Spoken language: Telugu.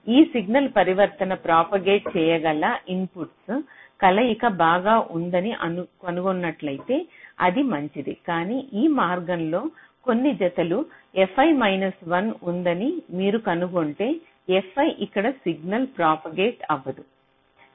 ఈ సిగ్నల్ పరివర్తన ప్రాపగేట్ చేయగల ఇన్పుట్ల కలయిక బాగా ఉందని కనుగొన్నట్లయితే అది మంచిది కానీ ఈ మార్గంలో కొన్ని జతల fiమైనస్1 ఉందని మీరు కనుగొంటే fi ఇక్కడ సిగ్నల్ ప్రాపగేట్ అవ్వదు